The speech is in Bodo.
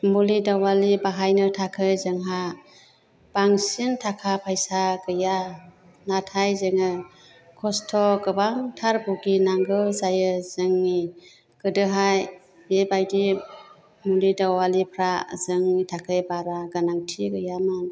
मुलि दावालि बाहायनो थाखाय जोंहा बांसिन ताका फैसा गैया नाथाय जोङो खस्थ' गोबांथार भुगिनांगौ जायो जोंनि गोदोहाय बेबायदि मुलि दावालिफ्रा जोंनि थाखाय बारा गोनांथि गैयामोन